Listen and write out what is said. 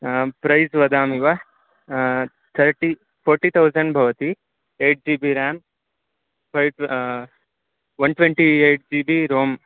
आं प्रैज़् वदामि वा तर्टि फ़ोर्टि तौसेण्ड् भवति ऐट् जिबि रां फ़ैट्वे one twenty eight GB Rome